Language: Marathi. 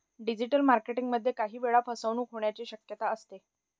डिजिटल मार्केटिंग मध्ये काही वेळा फसवणूक होण्याची शक्यता असते